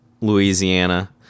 Louisiana